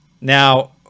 Now